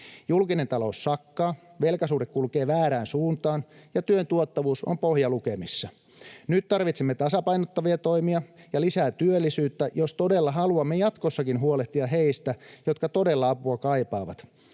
Julkinen talous sakkaa, velkasuhde kulkee väärään suuntaan, ja työn tuottavuus on pohjalukemissa. Nyt tarvitsemme tasapainottavia toimia ja lisää työllisyyttä, jos todella haluamme jatkossakin huolehtia heistä, jotka todella apua kaipaavat.